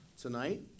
tonight